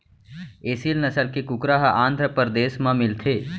एसील नसल के कुकरा ह आंध्रपरदेस म मिलथे